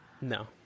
No